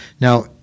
Now